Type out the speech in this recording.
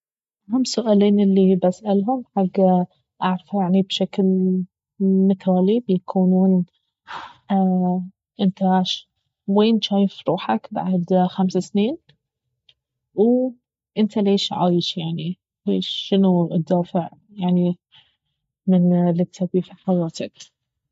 اهم سؤالين الي بسالهم حق اعرفه يعني بشكل مثالي بيكونون انت ش- وين جايف روحك بعد خمس سنين وانت ليش عايش يعني ليش شنو الدافع يعني من الي تسويه في حياتك